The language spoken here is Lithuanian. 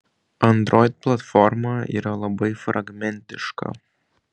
android platforma yra labai fragmentiška